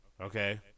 okay